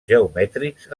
geomètrics